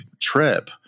trip